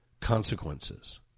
consequences